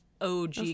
og